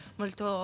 molto